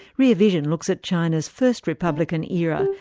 rear vision looks at china's first republican era,